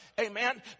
Amen